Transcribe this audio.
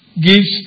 gives